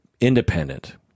independent